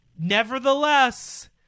Nevertheless